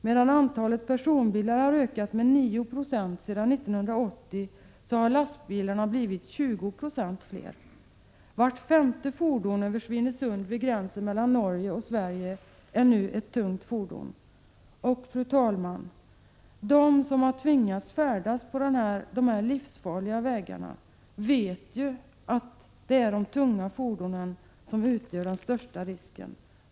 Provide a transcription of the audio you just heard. Medan antalet personbilar har ökat med 9 96 sedan 1980 har lastbilarna blivit 20 20 fler. Vart femte fordon över Svinösund vid gränsen mellan Norge och Sverige är nu ett tungt fordon. De som har tvingats att färdas på dessa livsfarliga vägar vet att de tunga fordonen utgör den största risken.